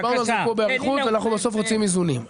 דיברנו על זה פה באריכות ואנחנו בסוף רוצים איזונים.